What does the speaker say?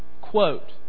quote